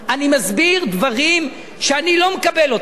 אני מסביר דברים שאני לא מקבל אותם.